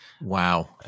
Wow